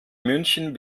münchen